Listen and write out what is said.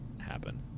happen